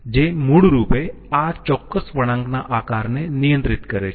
જે મૂળ રૂપે આ ચોક્કસ વળાંકના આકારને નિયંત્રિત કરે છે